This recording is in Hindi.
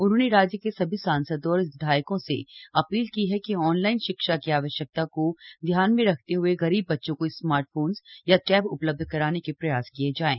उन्होंने राज्य के सभी सांसदों और विधायकों से अपील की है कि ऑननलाइन शिक्षा की आवश्यकता को ध्यान में रखते हुए गरीब बच्चों को स्मार्टफोन या टैब उपलब्ध कराने के प्रयास किये जाएं